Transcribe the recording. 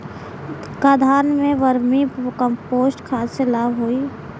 का धान में वर्मी कंपोस्ट खाद से लाभ होई?